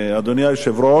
אדוני היושב-ראש,